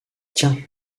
tiens